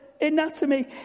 anatomy